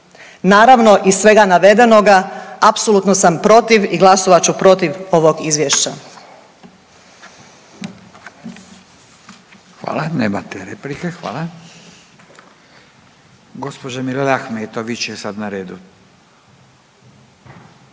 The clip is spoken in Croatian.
Naravno iz svega navedenoga apsolutno sam protiv i glasovat ću protiv ovog izvješća.